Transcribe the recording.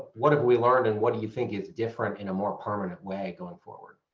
what have we learned and what do you think is different in a more permanent way going forward?